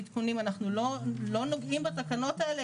לעדכונים - אנחנו לא נוגעים בתקנות האלה